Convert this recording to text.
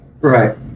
Right